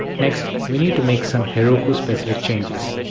next we need to make some heroku specific changes.